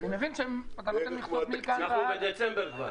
אנחנו כבר בדצמבר.